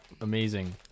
amazing